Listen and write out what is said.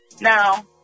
Now